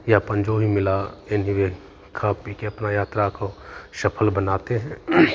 या अपन जो भी मिला खा पी के अपना यात्रा को सफल बनाते हैं